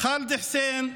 ח'אלד חסין,